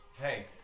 Hey